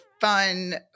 fun